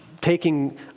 taking